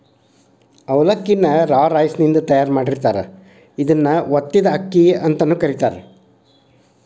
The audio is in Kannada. ಅವಲಕ್ಕಿ ನ ರಾ ರೈಸಿನಿಂದ ತಯಾರ್ ಮಾಡಿರ್ತಾರ, ಇದನ್ನ ಒತ್ತಿದ ಅಕ್ಕಿ ಅಂತಾನೂ ಕರೇತಾರ